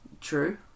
True